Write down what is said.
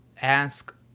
ask